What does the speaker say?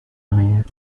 arrière